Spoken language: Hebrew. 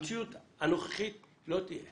המציאות הנוכחית לא תהיה